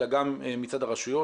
אלא גם מצד הרשויות,